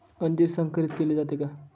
अंजीर संकरित केले जाते का?